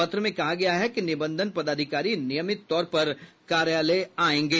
पत्र में कहा गया है कि निबंधन पदाधिकारी नियमित तौर पर कार्यालय आएंगे